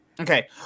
Okay